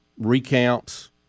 recounts